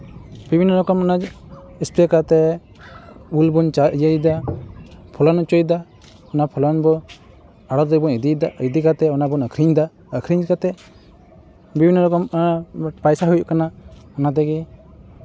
ᱵᱤᱵᱷᱤᱱᱱᱚ ᱨᱚᱠᱚᱢ ᱚᱱᱟ ᱥᱯᱨᱮ ᱠᱟᱛᱮᱫ ᱩᱞ ᱵᱚᱱ ᱤᱭᱟᱹᱭᱫᱟ ᱯᱷᱚᱲᱚᱱ ᱦᱚᱪᱚᱭᱫᱟ ᱚᱱᱟ ᱯᱷᱚᱞᱚᱱ ᱵᱚᱱ ᱟᱬᱚᱛ ᱨᱮᱵᱚᱱ ᱤᱫᱤᱭᱫᱟ ᱤᱫᱤ ᱠᱟᱛᱮᱫ ᱚᱱᱟ ᱵᱚᱱ ᱟᱠᱷᱨᱤᱧᱫᱟ ᱟᱠᱷᱨᱤᱧ ᱠᱟᱛᱮᱫ ᱵᱤᱵᱷᱤᱱᱱᱚ ᱨᱚᱠᱚᱢ ᱯᱚᱭᱥᱟ ᱦᱩᱭᱩᱜ ᱠᱟᱱᱟ ᱚᱱᱟ ᱛᱮᱜᱮ